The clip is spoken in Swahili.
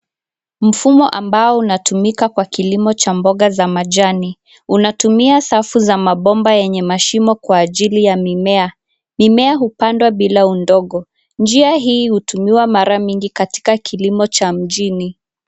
Mfumo ambao unatumika kwa kilimo cha mboga za majani. Unatumia safu za mabomba yenye mashimo kwa ajili ya mimea. Mimea hupandwa bila udongo. Njia hii hutumiwa mara nyingi katika kilimo cha mjini.